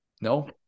no